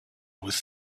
with